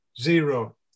zero